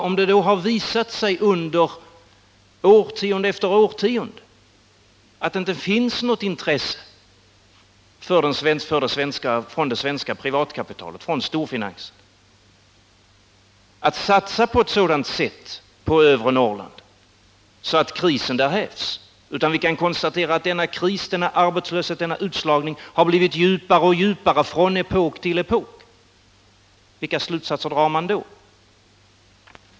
Om det årtionde efter årtionde har visat sig att det inte finns något intresse från det svenska privatkapitalets och storfinansens sida att satsa på ett sådant sätt på övre Norrland att krisen där upphävs, utan det tvärtom har visat sig att denna kris har blivit djupare från epok till epok, vilka slutsatser drar man då?